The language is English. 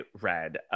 read